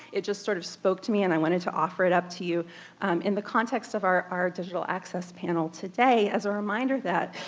it just sort of spoke to me and i wanted to offer it up to you in the context of our our digital access panel today as a reminder that